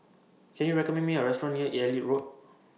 Can YOU recommend Me A Restaurant near Elliot Road